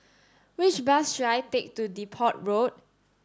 which bus should I take to Depot Road